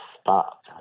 stop